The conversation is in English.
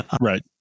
right